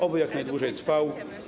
Oby on jak najdłużej trwał.